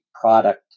product